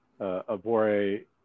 Abore